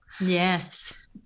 Yes